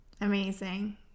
Amazing